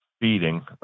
feeding